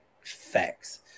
Facts